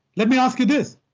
let me ask you this.